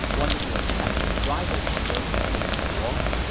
wanted to attack a rival kingdom named guo,